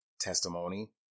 testimony